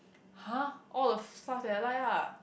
!huh! all the stuffs that I like lah